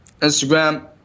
Instagram